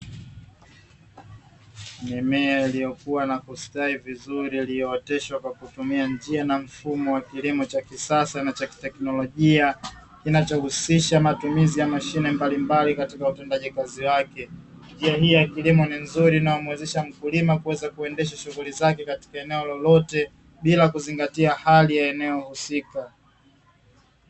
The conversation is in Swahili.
Mimea iliyokuwa na kustawi vizuri iliyooteshwa kutumia njia na mfumo wa kilimo cha kisasa na wa kiteknolojia; kinachohusisha matumizi ya mashine mbalimbali katika utendaji kazi wake, njia hii ya kilimo ni nzuri inayomuwezesha mkulima kuweza kuendesha shughuli zake katika eneo lolote bila kuzingatia hali ya eneo husika.